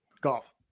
Golf